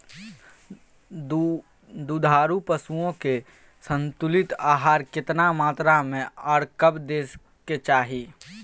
दुधारू पशुओं के संतुलित आहार केतना मात्रा में आर कब दैय के चाही?